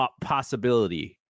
possibility